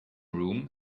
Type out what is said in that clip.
room